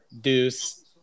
deuce